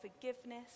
forgiveness